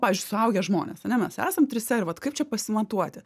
pavyzdžiui suaugę žmonės ar ne mes esam trise ir vat kaip čia pasimatuoti